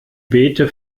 beete